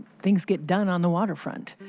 things get done on the waterfront.